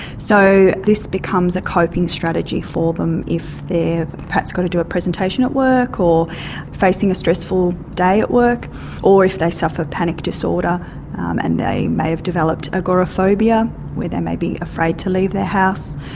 so this becomes a coping strategy for them if they have perhaps got to do a presentation at work or facing a stressful day at work or if they suffer panic disorder and they may have developed agoraphobia agoraphobia where they may be afraid to leave their house,